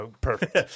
Perfect